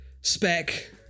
spec